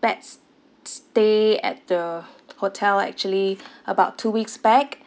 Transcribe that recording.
bad s~ s~ stay at the hotel actually about two weeks back